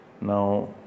Now